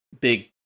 Big